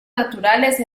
naturales